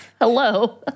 hello